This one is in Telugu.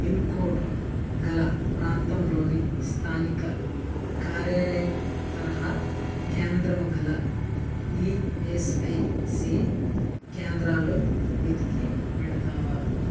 పిన్ కోడ్ గల ప్రాంతంలోని స్థానిక కార్యాలయం తరహా కేంద్రం గల ఈఎస్ఐసి కేంద్రాలు వెతికి పెడతావా